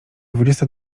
dwudziesta